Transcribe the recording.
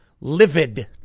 livid